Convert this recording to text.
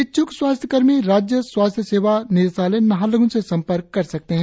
इच्छ्क स्वास्थ्य कर्मी राज्य स्वास्थ्य सेवा निदेशालय नाहरलग्न से संपर्क कर सकते है